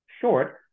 short